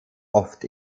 oft